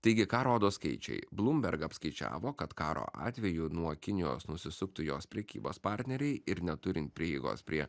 taigi ką rodo skaičiai bloomberg apskaičiavo kad karo atveju nuo kinijos nusisuktų jos prekybos partneriai ir neturin prieigos prie